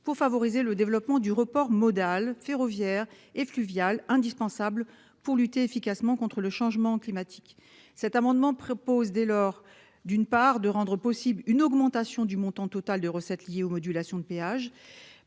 pour favoriser le développement du report modal ferroviaire et fluvial indispensable pour lutter efficacement contre le changement climatique. Cet amendement propose dès lors d'une part, de rendre possible une augmentation du montant total de recettes liées aux modulations de péage